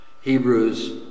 Hebrews